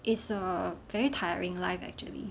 is a very tiring life actually